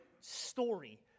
story